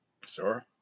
Sure